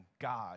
God